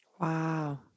Wow